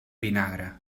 vinagre